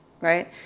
right